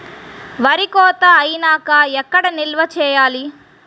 వరి కోత అయినాక ఎక్కడ నిల్వ చేయాలి?